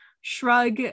Shrug